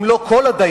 אם לא של כל הדיינים,